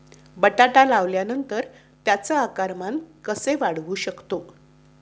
बटाटा लावल्यानंतर त्याचे आकारमान कसे वाढवू शकतो?